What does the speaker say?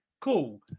Cool